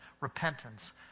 repentance